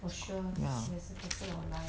ya